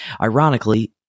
Ironically